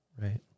Right